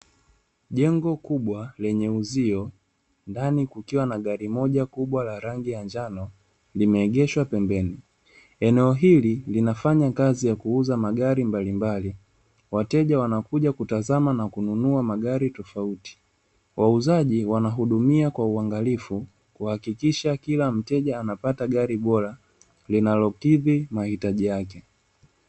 Jengo kubwa lenye uzio ndani kukiwa na gari moja kubwa lenye rangi ya njano limeegeshwa pembeni, eneo hili linafanya kazi ya kuuza magari mbalimbali, wateja wanakuja kutazama na kununua magari tofauti. Wauzaji wanahudumia kwa uangalifu kuhakikisha kila mteja anapata gari bora linalokidhi mahitaji yake.